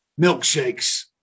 milkshakes